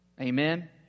Amen